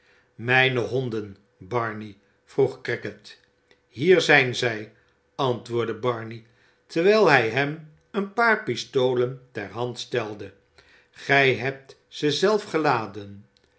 mijne honden barney vroeg crackit hier zijn zij antwoordde barney terwijl hij hem een paar pistolen ter hand stelde gij hebt ze zelf geladen